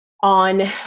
on